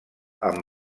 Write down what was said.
amb